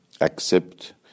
accept